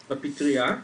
בפטריה,